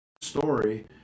story